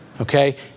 Okay